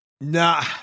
Nah